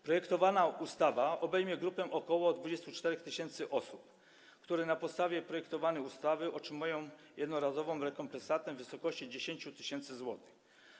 Projektowana ustawa obejmie grupę ok. 24 tys. osób, które na podstawie projektowanej ustawy otrzymają jednorazową rekompensatę w wysokości 10 tys. zł.